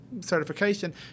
certification